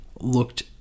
looked